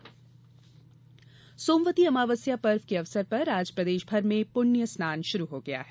सोमवती अमावस्या सोमवती अमावस्या पर्व के अवसर पर आज प्रदेषभर में पुण्य स्नान शुरू हो गया है